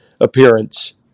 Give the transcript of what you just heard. appearance